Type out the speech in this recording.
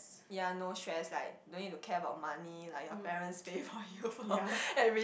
ya no stress like don't need to care about money like your parents pay for you every~